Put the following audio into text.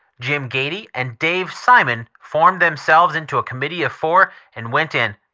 jim gady and dave simon formed themselves into a committee of four and went in.